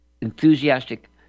enthusiastic